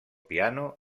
piano